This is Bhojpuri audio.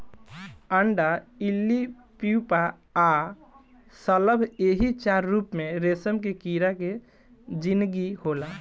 अंडा इल्ली प्यूपा आ शलभ एही चार रूप में रेशम के कीड़ा के जिनगी होला